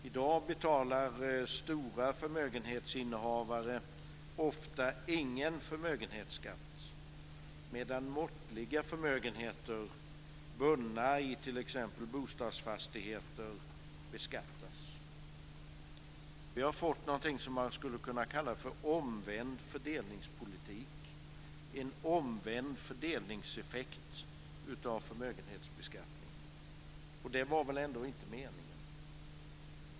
I dag betalar innehavare av stora förmögenheter ofta ingen förmögenhetsskatt, medan måttliga förmögenheter bundna i t.ex. bostadsfastigheter beskattas. Vi har fått något som man skulle kunna kalla för omvänd fördelningspolitik, en omvänd fördelningseffekt av förmögenhetsbeskattningen, och det var väl ändå inte meningen.